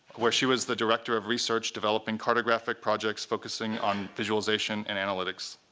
where she was the director of research, developing cartographic projects focusing on visualization and analytics.